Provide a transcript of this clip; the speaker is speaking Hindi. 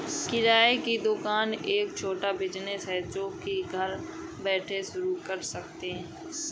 किराने की दुकान एक छोटा बिज़नेस है जो की घर बैठे शुरू कर सकते है